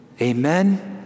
Amen